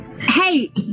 Hey